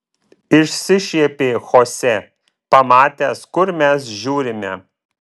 išsišiepė chose pamatęs kur mes žiūrime